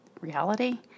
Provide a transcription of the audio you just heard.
reality